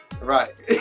Right